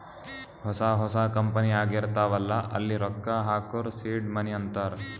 ಹೊಸಾ ಹೊಸಾ ಕಂಪನಿ ಆಗಿರ್ತಾವ್ ಅಲ್ಲಾ ಅಲ್ಲಿ ರೊಕ್ಕಾ ಹಾಕೂರ್ ಸೀಡ್ ಮನಿ ಅಂತಾರ